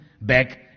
back